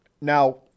Now